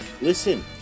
Listen